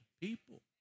people